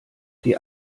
die